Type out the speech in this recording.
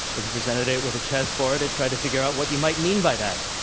if you presented it with a chess board, it tried to figure out what you might mean by that.